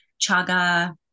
chaga